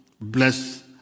bless